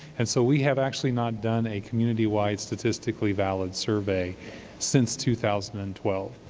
and so we have actually not done a communitywide statistically valid survey since two thousand and twelve.